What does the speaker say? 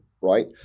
right